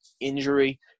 injury